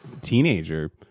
teenager